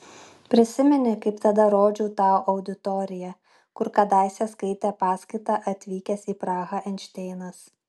prisimeni kaip tada rodžiau tau auditoriją kur kadaise skaitė paskaitą atvykęs į prahą einšteinas